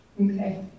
Okay